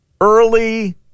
Early